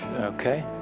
okay